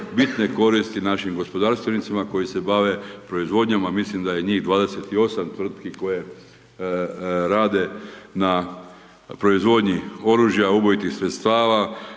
bitne koristi našim gospodarstvenicima koji se bave proizvodnjama a mislim da je njih 28 tvrtki koje rade na proizvodnji oružja, ubojitih sredstava,